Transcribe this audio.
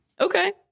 Okay